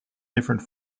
different